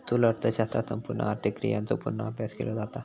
स्थूल अर्थशास्त्रात संपूर्ण आर्थिक क्रियांचो पूर्ण अभ्यास केलो जाता